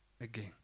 again